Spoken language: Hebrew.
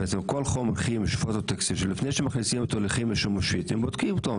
כל חומר כימי פוטוטקסי לפני שמכניסים אותו בודקים אותו.